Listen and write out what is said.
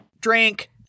Drink